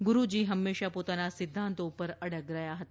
ગુરૂજી હંમેશાં પોતાના સિદ્ધાંતો પર અડગ રહ્યા હતા